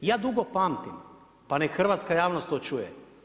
Ja dugo pamtim, pa neka hrvatska javnost to čuje.